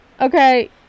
okay